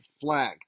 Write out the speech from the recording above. flag